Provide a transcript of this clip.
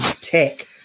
tech